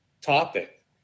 topic